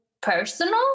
personal